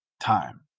time